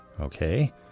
okay